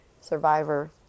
survivor